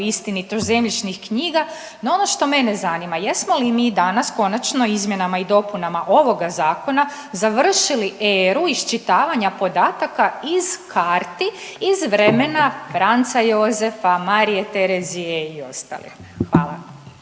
istinitost zemljišnih knjiga, no ono što mene zanima, jesmo li mi danas konačno, izmjenama i dopunama ovoga Zakona završili eru iščitavanja podataka iz karti iz vremena Franca Jozefa, Marije Terezije i ostalih? Hvala.